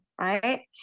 right